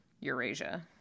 Eurasia